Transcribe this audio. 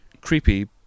Creepy